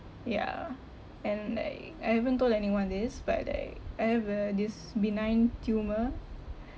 yeah and I I haven't told anyone this but I I have uh this benign tumour